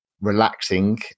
relaxing